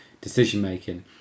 decision-making